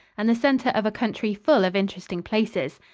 and the center of a country full of interesting places.